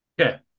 Okay